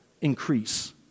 increase